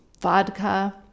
vodka